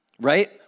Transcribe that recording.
Right